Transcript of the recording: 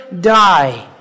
die